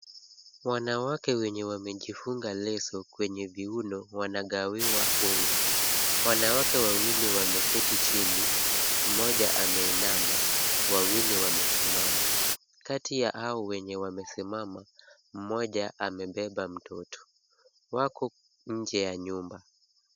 Wanawake wenye wamejifunga leso kwenye viuno wanagawiwa unga. Wanawake wawili wameketi chini, mmoja ameinama, wawili wamesimama. Kati ya hao wenye wamesimama, mmoja amebeba mtoto. Wako nje ya nyumba.